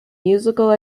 musical